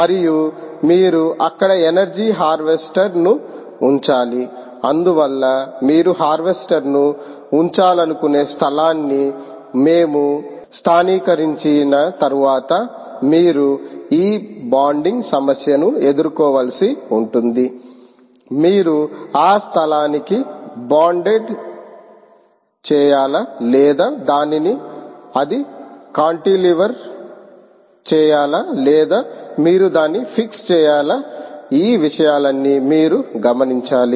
మరియు మీరు అక్కడ ఎనర్జీ హార్వెస్టర్ను ఉంచాలి అందువల్ల మీరు హార్వెస్టర్ను ఉంచాలనుకునే స్థలాన్ని మేము స్థానికీకరించిన తర్వాత మీరు ఈ బాండింగ్ సమస్యను ఎదుర్కోవలసి ఉంటుంది మీరు ఆ స్థలానికి బాండ్ చేయాలా లేదా దానిని అది కాంటిలివెర్ చేయాలా లేదా మీరు దాన్ని ఫిక్స్ చేయాలా ఈ విషయాలన్నీ మీరు గమనించాలి